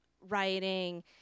writing